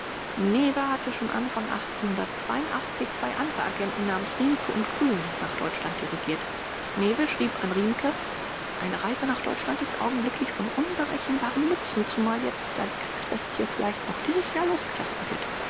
neve hatte schon anfang zwei andere agenten namens rimke und grün nach deutschland dirigiert neve schrieb an rimke eine reise nach deutschland ist augenblicklich von unberechenbarem nutzen zumal jetzt da die kriegsbestie vielleicht noch dieses jahr losgelassen wird